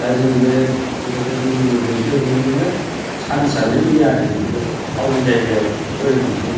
दा जों बे गथ'फोरखौ जों दैथायहरनोनो सान्सआनो गैया आरो जों थाउन जायगायाव फोरोंहैनो